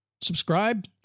Subscribe